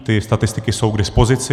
Ty statistiky jsou k dispozici.